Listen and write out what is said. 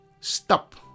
stop